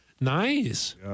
Nice